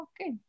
Okay